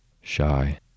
Shy